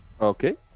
Okay